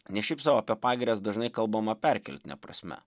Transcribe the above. ne šiaip sau apie pagirias dažnai kalbama perkeltine prasme